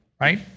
Right